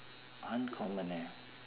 uncommon eh